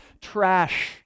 trash